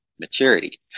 maturity